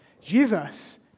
Jesus